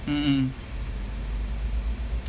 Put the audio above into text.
mmhmm